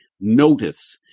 notice